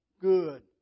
good